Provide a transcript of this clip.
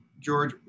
George